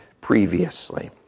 previously